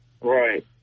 Right